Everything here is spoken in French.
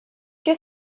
que